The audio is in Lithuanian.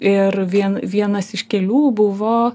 ir vien vienas iš kelių buvo